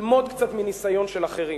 ללמוד קצת מניסיון של אחרים.